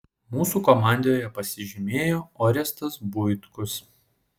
mūsų komandoje pasižymėjo orestas buitkus